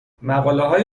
مقالههای